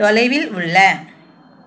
தொலைவில் உள்ள